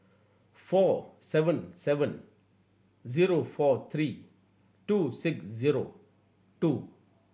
four seven seven zero four three two six zero two